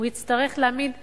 הוא יצטרך להעמיד כתובת,